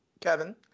Kevin